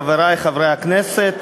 חברי חברי הכנסת,